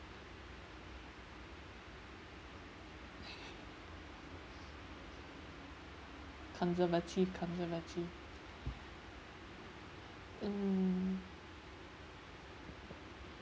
conservative conservative mm